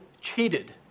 cheated